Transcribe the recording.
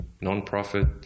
non-profit